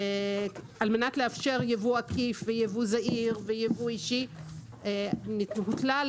על מנת לאפשר יבוא עקיף ויבוא זעיר ויבוא אישי הוטלה על